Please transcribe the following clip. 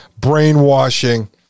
brainwashing